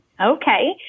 Okay